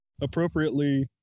appropriately